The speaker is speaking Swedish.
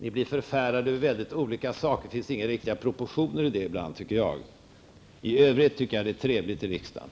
Ni blir förfärade över väldigt olika saker -- det finns ibland inga riktiga propotioner i det, tycker jag. I övrigt tycker jag att det är trevligt i riksdagen.